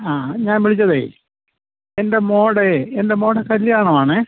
ആ ഞാൻ വിളിച്ചതേ എൻ്റെ മകളുടെ എൻ്റെ മകളുടെ കല്യാണമാണേ